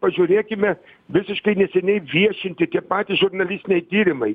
pažiūrėkime visiškai neseniai viešinti tie patys žurnalistiniai tyrimai